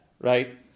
right